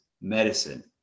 medicine